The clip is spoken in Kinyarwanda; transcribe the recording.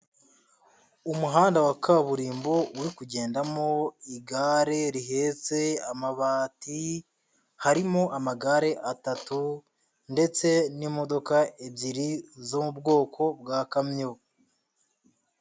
Umuhanda wa kaburimbo uri kugendamo igare rihenze, amabati, harimo amagare atatu ndetse n'imodoka ebyiri zo mu bwoko bwa kamyo.